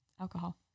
alcohol